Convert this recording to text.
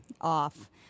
off